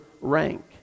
rank